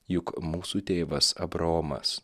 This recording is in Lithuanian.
juk mūsų tėvas abraomas